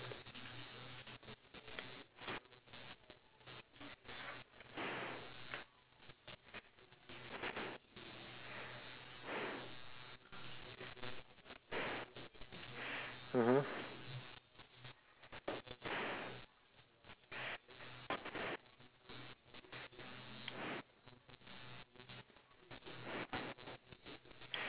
mmhmm